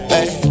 Hey